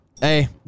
hey